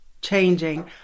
changing